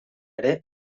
ere